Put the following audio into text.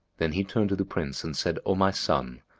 then he turned to the prince and said, o my son,